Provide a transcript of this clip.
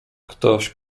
ktoś